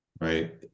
right